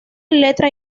letra